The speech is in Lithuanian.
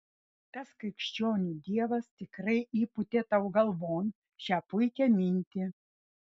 tas krikščionių dievas tikrai įpūtė tau galvon šią puikią mintį